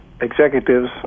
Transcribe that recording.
executives